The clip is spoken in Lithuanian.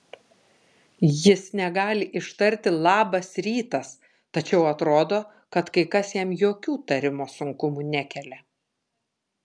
jis negali ištarti labas rytas tačiau atrodo kad kai kas jam jokių tarimo sunkumų nekelia